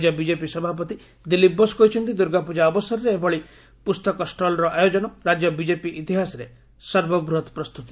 ରାଜ୍ୟ ବିଜେପି ସଭାପତି ଦିଲ୍ଲୀପ ବୋଷ କହିଛନ୍ତି ଦୁର୍ଗାପୂଜା ଅବସରରେ ଏଭଳି ପୁସ୍ତକ ଷ୍ଟଲ୍ର ଆୟୋଜନ ରାଜ୍ୟ ବିଜେପି ଇତିହାସରେ ସର୍ବବୃହତ ପ୍ରସ୍ତୁତି